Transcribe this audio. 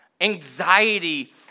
Anxiety